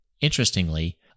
Interestingly